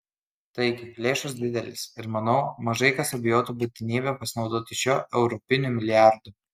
taigi lėšos didelės ir manau mažai kas abejotų būtinybe pasinaudoti šiuo europiniu milijardu